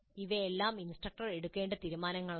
ഇവയെല്ലാം ഇൻസ്ട്രക്ടർ എടുക്കേണ്ട തീരുമാനങ്ങളാണ്